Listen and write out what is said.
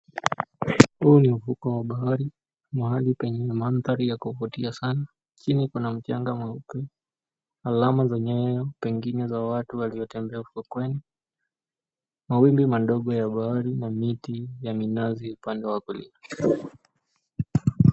Huu ni ufukwe wa bahari, mahali penye mandari ya kuvutia sana. Chini kuna mchanga mweupe, alama za nyayo pengine za watu waliotembea ufukweni. Mawimbi madogo ya bahari na miti ya minazi upande wa kulia.